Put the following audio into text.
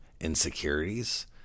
insecurities